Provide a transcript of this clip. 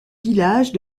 village